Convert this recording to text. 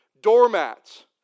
Doormats